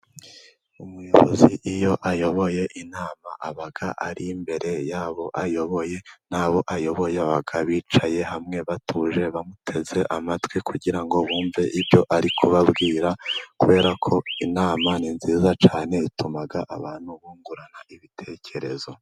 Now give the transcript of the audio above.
Umuyobozi iyo ayoboye inama, aba ari imbere y'abo ayoboye, n'abo ayoboye baba bicaye hamwe batuje bamuteze amatwi kugira ngo bumve ibyo ari kubabwira, kubera ko inama ni nziza cyane, ituma abantu bungurana ibitekerezo.